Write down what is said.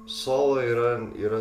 solo yra yra